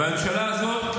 והממשלה הזאת,